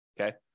Okay